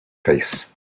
face